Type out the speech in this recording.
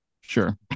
Sure